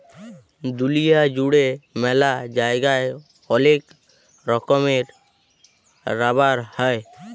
দুলিয়া জুড়ে ম্যালা জায়গায় ওলেক রকমের রাবার হ্যয়